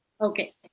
okay